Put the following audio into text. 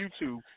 YouTube